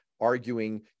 arguing